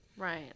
Right